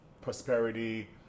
prosperity